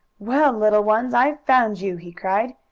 well, little ones, i've found you! he cried.